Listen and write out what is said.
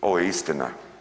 Ovo je istina.